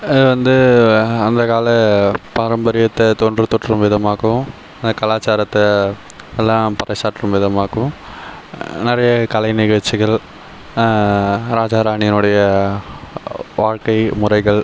அது வந்து அந்தக்கால பாரம்பரியத்தை தொன்று தொற்றும் விதமாகவும் அந்த கலாச்சாரத்தை எல்லாம் பறைசாற்றும் விதமாகவும் நிறைய கலை நிகழ்ச்சிகள் ராஜா ராணியினுடைய வாழ்கை முறைகள்